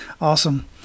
Awesome